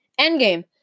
Endgame